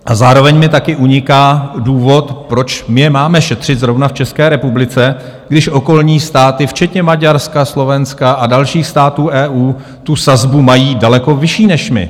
A zároveň mi taky uniká důvod, proč my je máme šetřit zrovna v České republice, když okolní státy včetně Maďarska, Slovenska a dalších států EU tu sazbu mají daleko vyšší než my.